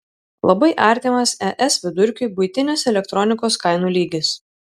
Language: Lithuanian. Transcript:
labai artimas es vidurkiui buitinės elektronikos kainų lygis